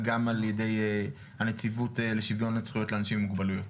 וגם על ידי הנציבות לשיוויון זכויות לאנשים עם מוגבלויות.